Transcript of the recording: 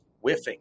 whiffing